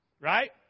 Right